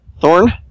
Thorn